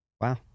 Wow